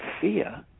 fear